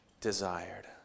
desired